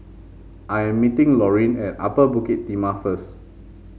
I am meeting Lorene at Upper Bukit Timah first